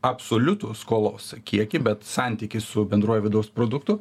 absoliutų skolos kiekį bet santykį su bendruoju vidaus produktu